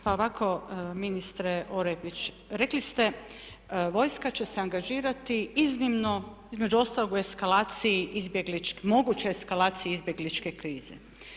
Pa ovako ministre Orepić, rekli ste vojska će se angažirati iznimno, između ostalo u eskalaciji izbjegličke, mogućoj eskalaciji izbjegličke krize.